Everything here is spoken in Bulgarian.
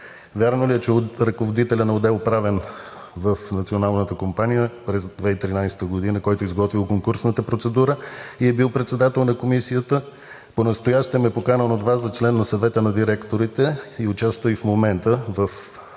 Вярно ли е, че от ръководителя на отдел „Правен“ в Националната компания през 2013 г., който е изготвил конкурсната процедура и е бил председател на комисията, понастоящем е поканен от Вас за член на Съвета на директорите и участва и в момента в